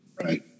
right